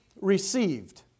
received